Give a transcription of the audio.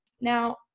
Now